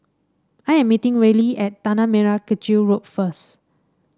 I am meeting Reilly at Tanah Merah Kechil Road first